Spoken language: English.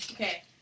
Okay